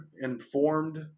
informed